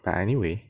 but anyway